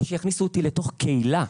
או שיכניסו אותי לתוך קהילה,